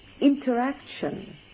interaction